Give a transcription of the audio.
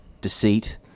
deceit